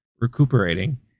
recuperating